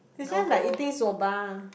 it's just like eating soba